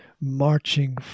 marching